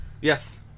yes